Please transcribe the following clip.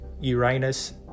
uranus